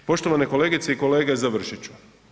Poštovane kolegice i kolege, završit ću.